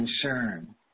concern